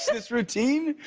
this routine?